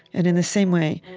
and in the same way,